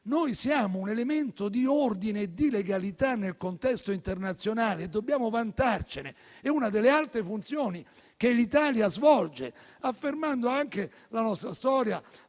Noi siamo un elemento di ordine e di legalità nel contesto internazionale e dobbiamo vantarcene. È una delle alte funzioni che l'Italia svolge, affermando anche la propria storia,